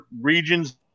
regions